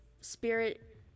spirit